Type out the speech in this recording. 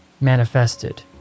manifested